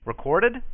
Recorded